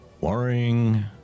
worrying